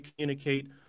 communicate